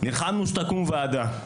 נלחמנו כדי שתקום ועדה.